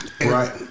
Right